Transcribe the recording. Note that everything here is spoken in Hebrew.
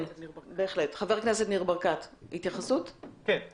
חבר הכנסת ניר ברקת, בבקשה.